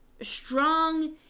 strong